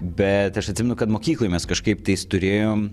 bet aš atsimenu kad mokykloj mes kažkaip tais turėjom